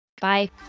Bye